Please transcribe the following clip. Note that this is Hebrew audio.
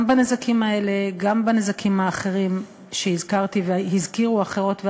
גם בנזקים האלה וגם בנזקים האחרים שהזכרתי והזכירו אחרות ואחרים,